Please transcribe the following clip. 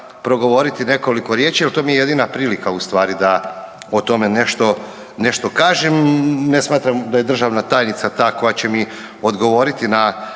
progovoriti nekoliko riječi, evo to mi je jedina prilika u stvari da o tome nešto, nešto kažem. Ne smatram da je državna tajnica ta koja će mi odgovoriti na